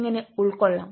എങ്ങനെ ഉൾക്കൊള്ളാം